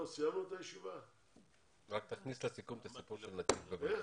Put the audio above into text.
תכניס לסיכום את הסיפור של נתיב בניו יורק.